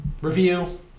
review